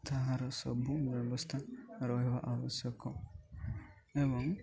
ତା'ହାର ସବୁ ବ୍ୟବସ୍ଥା ରହିବା ଆବଶ୍ୟକ ଏବଂ